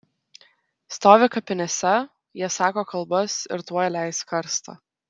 stovi kapinėse jie sako kalbas ir tuoj leis karstą